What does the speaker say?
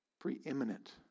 preeminent